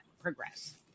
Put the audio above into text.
progress